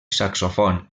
saxofon